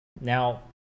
now